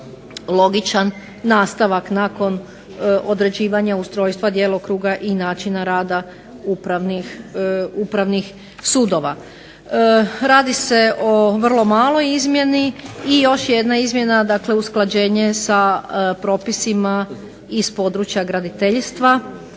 logičan nastavak nakon odrađivanja ustrojstva, djelokruga i načina rada upravnih sudova. Radi se o vrlo maloj izmjeni i još jedna izmjena. Dakle, usklađenje sa propisima iz područja graditeljstva,